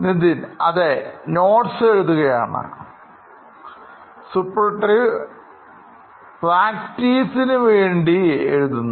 Nithin അതെ notes എഴുതുകയാണ് Suprativ പ്രാക്ടീസിന് വേണ്ടി എഴുതുന്നു